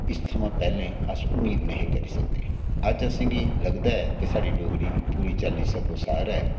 इस थमां पैह्ले अस उम्मीद नेही करी सकदे अज्ज असेंगी लगदा की साढ़ी डोगरी पूरी चाल्ली सग्गोसार ऐ